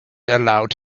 allowed